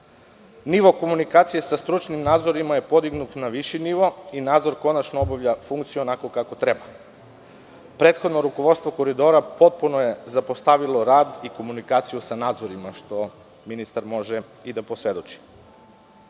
Nivo komunikacije sa stručnim nadzorima je podignut na viši nivo i nadzor konačno obavlja funkciju onako kako treba. Prethodno rukovodstvo „Koridora“ potpuno je zapostavilo rad i komunikaciju sa nadzorima, što ministar može i da posvedoči. Raskinuti